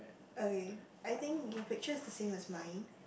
okay I think your picture is the same as mine